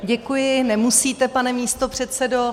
Děkuji, nemusíte, pane místopředsedo.